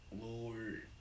lord